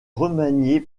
remanié